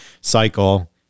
cycle